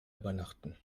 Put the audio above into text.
übernachten